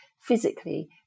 physically